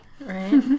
Right